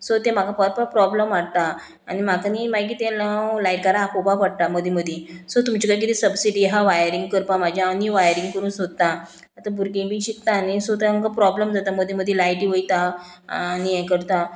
so तें म्हाका परत परत प्रोब्लेम हाडटा आनी म्हाका न्ही मागीर तें लाव लायटकारा आपोवपा पडटा मदीं मदीं सो तुमचे कांय कितें सबसिडी हा वायरींग करपा म्हाजी हांव न्ही वायरींग करूं सोदता आतां भुरगीं बी शिकता न्ही सो तेंका प्रोब्लम जाता मदीं मदीं लायटी वयता आनी हें करता